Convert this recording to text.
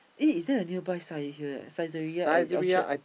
eh is there a nearby Sai~ here eh Saizeriya at Orchard